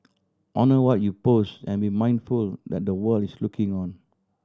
honour what you post and be mindful that the world is looking on